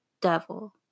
devil